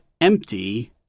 empty